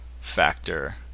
factor